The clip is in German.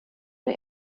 der